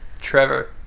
Trevor